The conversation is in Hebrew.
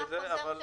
לפי החוזר שלכם?